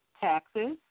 taxes